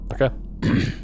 Okay